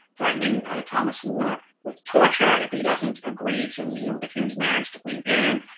threatening thomas more with torture if he doesn't agree to you know the king's marriage to queen anne,